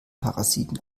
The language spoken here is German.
parasiten